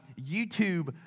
YouTube